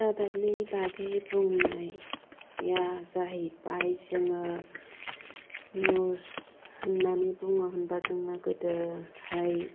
रादाबनि बागै बुंनाया जाहैबाय जोङो निउस होननानै बुङो होनब्ला जोङो गोदोहाय